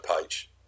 Page